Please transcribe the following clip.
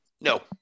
No